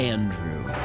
Andrew